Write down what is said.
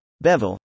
bevel